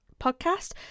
podcast